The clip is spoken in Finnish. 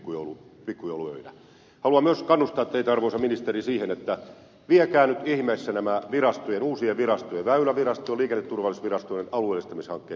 haluan myös kannustaa teitä arvoisa ministeri siihen että viekää nyt ihmeessä nämä uusien virastojen väyläviraston ja liikenneturvallisuusviraston alueellistamishankkeet päätökseen